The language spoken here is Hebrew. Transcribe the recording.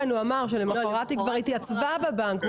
הוא אמר שלמוחרת היא כבר התייצבה בבנק.